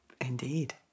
indeed